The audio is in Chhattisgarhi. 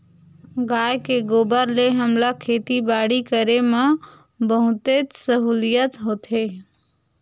गाय के गोबर ले हमला खेती बाड़ी करे म बहुतेच सहूलियत होथे